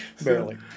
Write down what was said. Barely